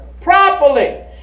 Properly